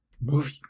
movie